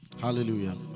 Hallelujah